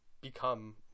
become